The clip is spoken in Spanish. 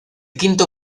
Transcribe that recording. quinto